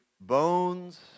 bones